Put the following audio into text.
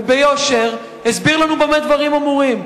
וביושר הסביר לנו במה דברים אמורים.